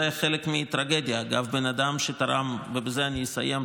זה חלק מטרגדיה, אגב, ובזה אני אסיים.